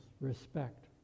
respect